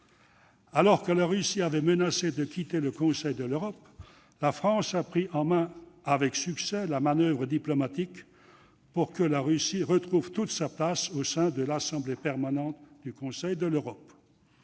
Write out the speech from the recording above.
Alors que la Russie avait menacé de quitter le Conseil de l'Europe, la France a pris en main avec succès la manoeuvre diplomatique pour que la Russie retrouve toute sa place au sein de l'Assemblée parlementaire du Conseil de l'Europe.